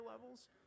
levels